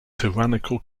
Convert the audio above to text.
tyrannical